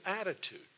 attitude